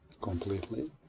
completely